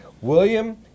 William